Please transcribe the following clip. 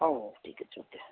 ହଉ ହଉ ଠିକ୍ ଅଛି ଓକେ